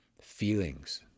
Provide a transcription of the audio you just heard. Feelings